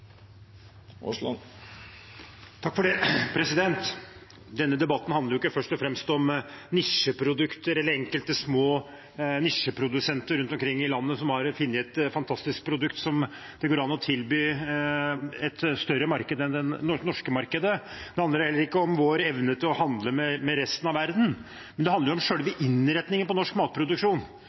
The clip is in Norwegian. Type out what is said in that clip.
Denne debatten handler ikke først og fremst om nisjeprodukter eller om enkelte små nisjeprodusenter rundt omkring i landet som har funnet et fantastisk produkt som det går an å tilby et større marked enn det norske markedet. Det handler heller ikke om vår evne til å handle med resten av verden. Det handler om selve innretningen av norsk matproduksjon.